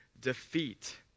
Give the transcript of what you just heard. defeat